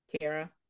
kara